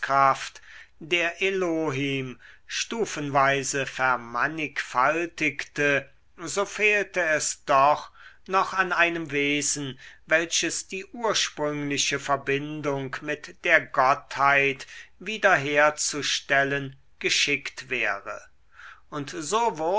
der elohim stufenweise vermannigfaltigte so fehlte es doch noch an einem wesen welches die ursprüngliche verbindung mit der gottheit wieder herzustellen geschickt wäre und so